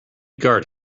guard